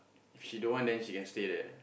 if she don't want then she can say there